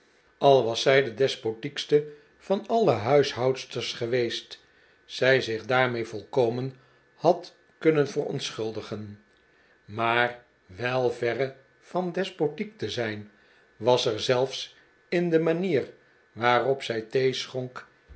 al was zij de despotiekste van alle huishoudsters geweest zij zich daarmee volkoihen had kunnen verontschuldigen maar wel verre van despotiek te zijn was er zelfs in de manier waarop zij thee schonk